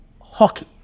Hockey